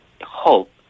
hope